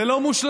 זה לא מושלם,